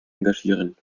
engagieren